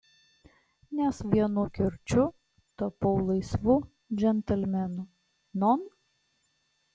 nes vienu kirčiu tapau laisvu džentelmenu non